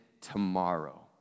tomorrow